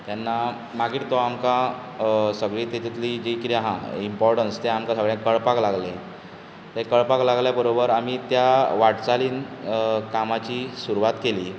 तेन्ना मागीर तो आमकां सगली तेतूंतली जी कितें आहा इंपोर्टन्स तें आमकां कळपाक लागलें तें कळपाक लागल्या बरोबर आमी त्या वाटचालीन कामाची सुरवात केली